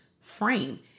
frame